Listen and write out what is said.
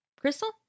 Crystal